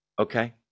okay